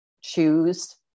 Choose